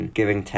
giving